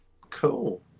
Cool